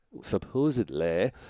supposedly